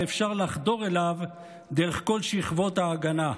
ואפשר לחדור אליו דרך כל שכבות ההגנה.